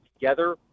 together